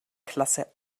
klasse